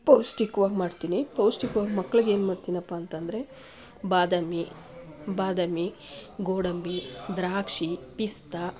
ಪೌಷ್ಟಿಕ್ವಾಗಿ ಮಾಡ್ತೀನಿ ಪೌಷ್ಟಿಕ್ವಾಗಿ ಮಕ್ಳಿಗೆ ಏನ್ಮಾಡ್ತೀನಪ್ಪ ಅಂತ ಅಂದ್ರೆ ಬಾದಾಮಿ ಬಾದಾಮಿ ಗೋಡಂಬಿ ದ್ರಾಕ್ಷಿ ಪಿಸ್ತಾ